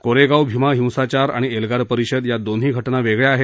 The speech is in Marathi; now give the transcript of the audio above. कोरेगाव भीमा हिंसाचार आणि एल्गार परिषद या दोन्ही घटना वेगळ्या आहेत